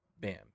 bam